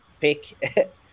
pick